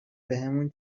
بهمون